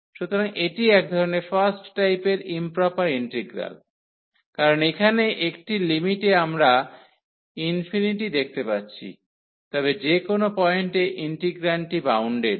সুতরাং এটি এক ধরণের ফার্স্ট টাইপের ইম্প্রপার ইন্টিগ্রাল কারণ এখানে একটি লিমিটে আমরা ∞ দেখতে পাচ্ছি তবে যে কোনও পয়েন্টে ইন্টিগ্রান্ডটি বাউন্ডেড